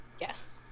yes